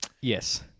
Yes